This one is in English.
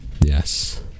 Yes